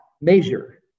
measure